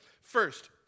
first